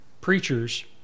preachers